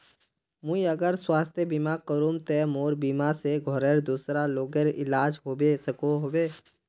मुई अगर स्वास्थ्य बीमा करूम ते मोर बीमा से घोरेर दूसरा लोगेर इलाज होबे सकोहो होबे?